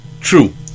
true